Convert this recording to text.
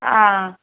ആ